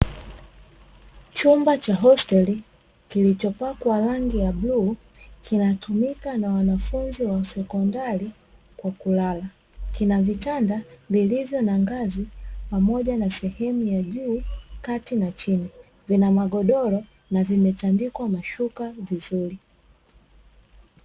Chumba cha hosteli kilichopakwa rangi ya bluu, kinatumika na wanafunzi wa sekondari kwa kulala. Kina vitanda vilivyo na ngazi pamoja na sehemu ya juu, kati na chini. Vina magodoro na vimetandikwa mashuka vizuri.